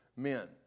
Men